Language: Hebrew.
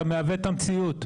אתה מעוות את המציאות.